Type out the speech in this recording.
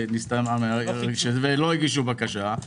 ולא הגישו בקשה,